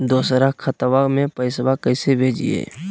दोसर खतबा में पैसबा कैसे भेजिए?